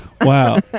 Wow